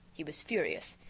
he was furious.